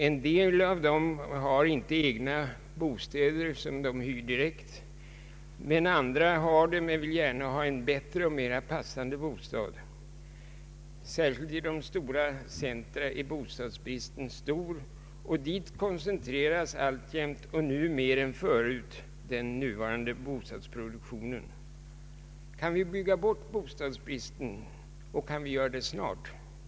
En del av dem har inte egna bostäder, som de hyr direkt; andra har det men vill gärna ha en bättre och mera passande bostad. Särskilt i de stora centra är bostadsbristen svår, och dit koncentreras alltjämt — nu mer än förut — bostadsproduktionen. Kan vi bygga bort bostadsbristen, och kan vi göra det snart?